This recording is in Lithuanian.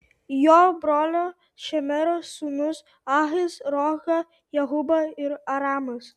jo brolio šemero sūnūs ahis rohga jehuba ir aramas